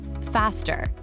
faster